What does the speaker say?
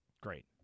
Great